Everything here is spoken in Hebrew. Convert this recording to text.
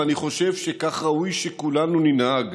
ואני חושב שכך ראוי שכולנו ננהג.